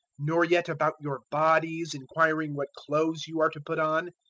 nor yet about your bodies, inquiring what clothes you are to put on.